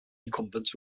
incumbents